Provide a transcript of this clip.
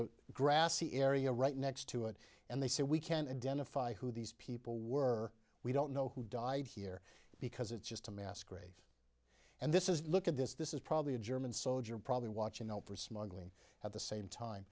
a grassy area right next to it and they said we can't identify who these people were we don't know who died here because it's just a mass grave and this is look at this this is probably a german soldier probably watching out for smuggling at the same time